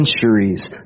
centuries